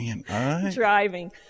driving